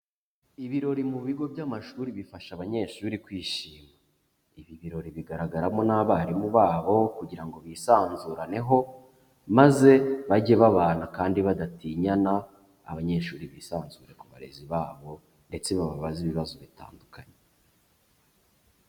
Ibirori mu bigo by'amashuri bifasha abanyeshuri kwishima, ibi birori bigaragaramo n'abarimu babo kugira ngo bisanzuraneho maze bajye babana kandi badatinyana abanyeshuri bisanzure ku barezi babo ndetse bababaze ibibazo bitandukanye.